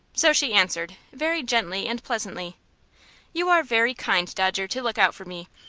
so she answered, very gently and pleasantly you are very kind, dodger, to look out for me,